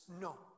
no